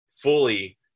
fully